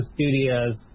Studios